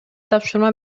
тапшырма